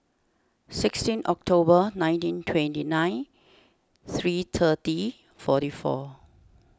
sixteen October nineteen twenty nine three thirty forty four